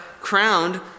crowned